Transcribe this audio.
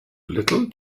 little